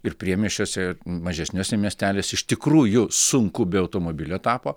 ir priemiesčiuose mažesniuose miesteliuose iš tikrųjų sunku be automobilio tapo